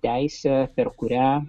teisę per kurią